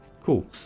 cool